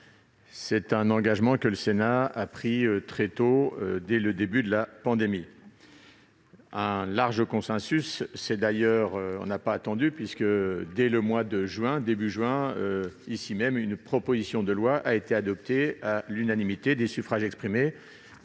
C'est un engagement que le Sénat a pris très tôt, dès le début de la pandémie, avec un large consensus. Nous n'avons pas attendu, puisque, début juin, ici même, une proposition de loi a été adoptée à l'unanimité des suffrages exprimés